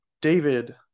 David